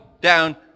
down